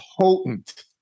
potent